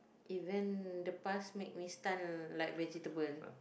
event the pass make Miss-Tan like vegetable